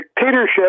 dictatorship